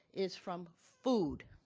is from food.